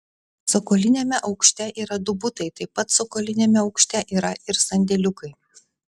cokoliniame aukšte yra du butai taip pat cokoliniame aukšte yra ir sandėliukai